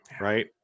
Right